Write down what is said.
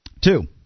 Two